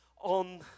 on